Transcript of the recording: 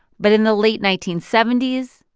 but in the late nineteen seventy s,